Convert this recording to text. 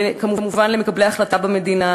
כמובן למקבלי ההחלטה במדינה,